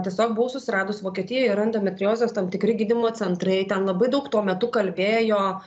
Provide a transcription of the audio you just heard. tiesiog buvau susiradus vokietijoj yra endometriozės tam tikri gydymo centrai ten labai daug tuo metu kalbėjo